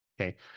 okay